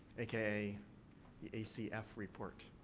aka the acf report.